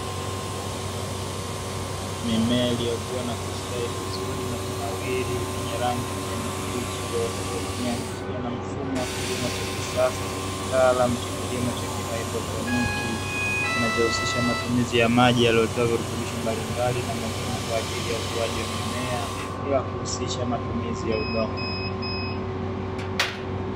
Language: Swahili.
Meme iliyokuwa na kustawi vizuri na kunawiri lenye rangi ya kijani kibichi, iliyooteshwa kwa kutumia njia na mfumo wa kilimo cha kisasa cha kitaalamu cha kilimo cha kihydroponiki kinajihusisha matumizi ya maji yaliyotiwa virutubisho mbalimbali na muhimu kwa ajili ya ukuaji wa mimea bila kuhusisha matumizi ya udongo.